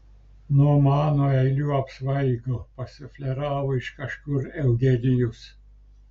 nuo mano eilių apsvaigo pasufleravo iš kažkur eugenijus